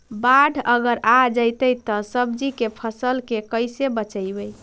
बाढ़ अगर आ जैतै त सब्जी के फ़सल के कैसे बचइबै?